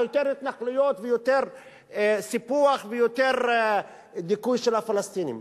יותר התנחלויות ויותר סיפוח ויותר דיכוי של הפלסטינים.